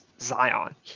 Zion